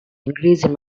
increased